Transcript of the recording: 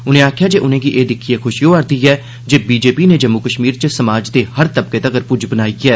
उने आखेआ जे उनें'गी एह् दिक्खियै खुशी होआ'रदी ऐ जे बीजेपी नै जम्मू कश्मीर च समाज दे हर तबके तगर पुज्ज बनाई ऐ